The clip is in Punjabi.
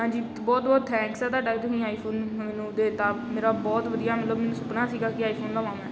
ਹਾਂਜੀ ਬਹੁਤ ਬਹੁਤ ਥੈਂਕਸ ਆ ਤੁਹਾਡਾ ਤੁਸੀਂ ਆਈਫੋਨ ਮੈਨੂੰ ਦੇ ਤਾ ਮੇਰਾ ਬਹੁਤ ਵਧੀਆ ਮਤਲਬ ਮ ਸੁਪਨਾ ਸੀਗਾ ਕਿ ਆਈਫੋਨ ਲਵਾਂ ਮੈਂ